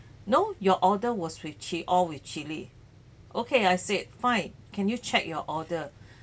no your order was with chi~ all with chili okay I said fine can you check your order